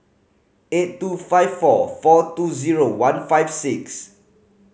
eight two five four four two zero one five six